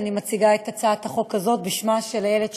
אני מציגה את הצעת החוק הזאת בשמה של איילת שקד,